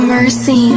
Mercy